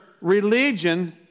religion